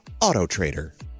AutoTrader